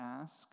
ask